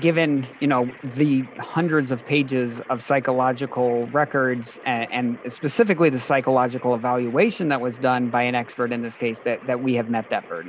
given you know the hundreds of pages of psychological records and its pacifically the psychological evaluation that was done by an expert in this case that we have met that burd